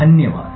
धन्यवाद